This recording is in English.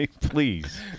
Please